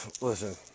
Listen